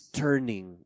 turning